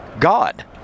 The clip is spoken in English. god